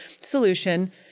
solution